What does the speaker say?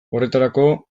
horretarako